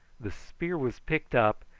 the spear was picked up,